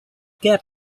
get